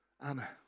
Anna